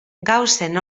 gauzen